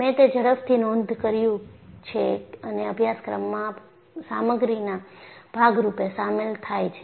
મેં તે ઝડપથી નોંધ કર્યું છે અને અભ્યાસક્રમમાં સામગ્રીના ભાગ રૂપે સામેલ થાય છે